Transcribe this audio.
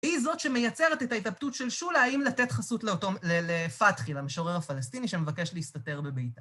היא זאת שמייצרת את ההתלבטות של שולה, האם לתת חסות לפתחי, למשורר הפלסטיני שמבקש להסתתר בביתה.